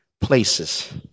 places